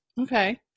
Okay